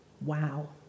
Wow